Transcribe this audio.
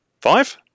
five